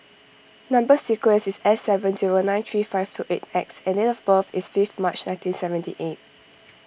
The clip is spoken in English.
Number Sequence is S seven zero nine three five two eight X and date of birth is fifth March nineteen seventy eight